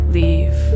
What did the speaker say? leave